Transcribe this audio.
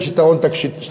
יש יתרון תשתיתי,